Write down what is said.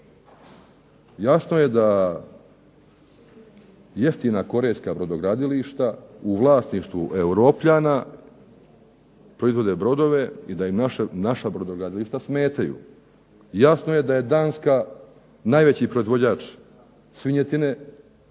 Jasno je da jeftina Korejska brodogradilišta u vlasništvu Europljana proizvode brodove i da im naša brodogradilišta smetaju. Jasno je da je Danska najveći proizvođač svinjetine u